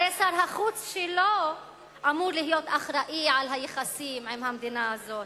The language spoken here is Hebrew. הרי שר החוץ שלו אמור להיות אחראי ליחסים עם המדינה הזאת.